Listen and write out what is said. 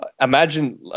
Imagine